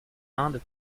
indes